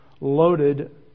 loaded